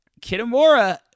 Kitamura